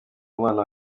umubano